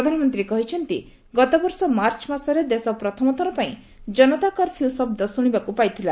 ପ୍ରଧାନମନ୍ତ୍ରୀ କହିଛନ୍ତି ଗତବର୍ଷ ମାର୍ଚ୍ଚ ମାସରେ ଦେଶ ପ୍ରଥମ ଥରପାଇଁ ଜନତା କର୍ଫ୍ୟୁ ଶବ୍ଦ ଶୁଶିବାକୁ ପାଇଥିଲା